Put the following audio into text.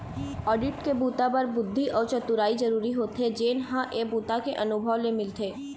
audit के बूता बर बुद्धि अउ चतुरई जरूरी होथे जेन ह ए बूता के अनुभव ले मिलथे